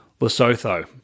Lesotho